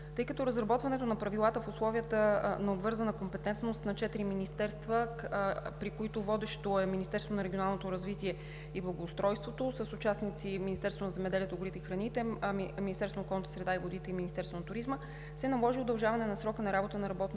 Тъй като разработването на правилата в условията на обвързаната компетентност на четирите министерства, при които водещо е Министерството на регионалното развитие и благоустройството, с участници: Министерството на земеделието, храните и горите, Министерството на околната среда и водите и Министерството на туризма, се наложи удължаване на срока на работа на работната